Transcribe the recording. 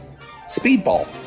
Speedball